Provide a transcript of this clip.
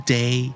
day